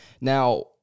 Now